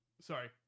sorry